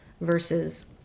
versus